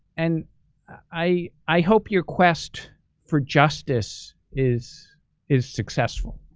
and i i hope your quest for justice is is successful.